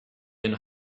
and